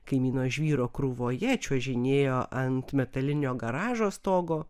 kaimyno žvyro krūvoje čiuožinėjo ant metalinio garažo stogo